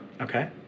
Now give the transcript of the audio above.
Okay